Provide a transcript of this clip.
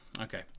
okay